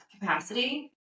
capacity